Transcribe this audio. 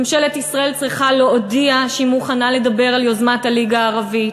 ממשלת ישראל צריכה להודיע שהיא מוכנה לדבר על יוזמת הליגה הערבית.